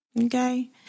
Okay